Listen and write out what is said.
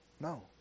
No